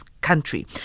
country